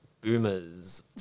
boomers